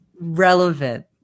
relevant